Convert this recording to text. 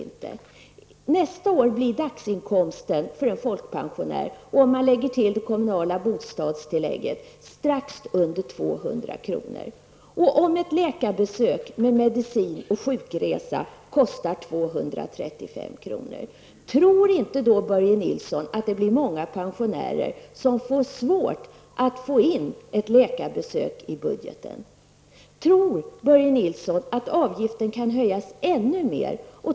Nästa år blir dagsinkomsten för en folkpensionär, om man lägger till det kommunala bostadstillägget, strax under 200 kr. Om ett läkarbesök med medicin och sjukresor kostar 235 kr., tror inte Börje Nilsson då att många pensionärer får svårt att ta in ett läkarbesök i budgeten? Tror Börje Nilsson att avgiften kan höjas ännu mer?